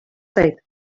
zait